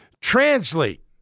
translate